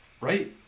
right